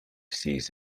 sees